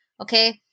Okay